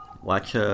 Watch